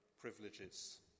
privileges